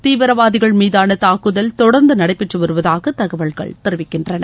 தீவிரவாதிகள் மீதான தாக்குதல் தொடர்ந்து நடைபெற்று வருவதாக தகவல்கள் தெரிவிக்கின்றன